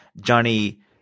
Johnny